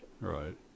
Right